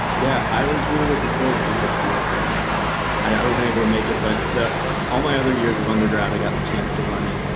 yeah, i was really looking forward to this year but and i wasn't able to make it but all my other years of undergrad i got a chance to run it.